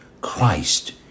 Christ